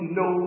no